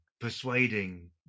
persuading